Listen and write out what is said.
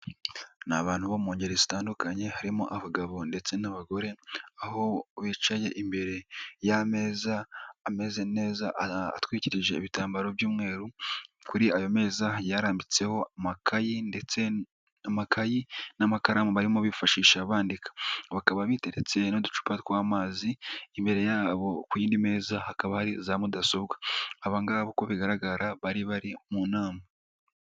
Ni abantu bo mu ngeri zitandukanye harimo abagabo ndetse n'abagore, aho bicaye imbere y'ameza ameze neza atwikirije ibitambaro by'umweru, kuri ayo meza yarambitseho amakayi ndetse n'amakaramu barimo bifashisha bandika, bakaba biteretse n'uducupa tw'amazi imbere yabo ku yindi meza hakaba hari za mudasobwa abangaba uko bigaragara bari bari mu inama.